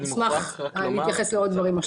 ואני אשמח להתייחס לעוד דברים, מה שתרצו.